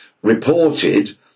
...reported